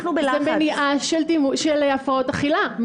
זו מניעה של הפרעות אכילה.